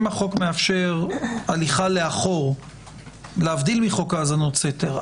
האם החוק מאפשר הליכה לאחור להבדיל מחוק האזנות סתר?